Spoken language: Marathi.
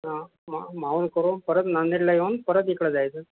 हा मा माहुर करून परत नांदेडला येऊन परत इकडं जायचं